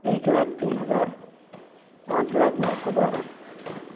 एक लाख तीन हज़ार पाँच लाख नौ सौ बारह